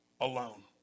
alone